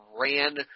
ran